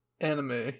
anime